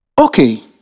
Okay